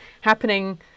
happening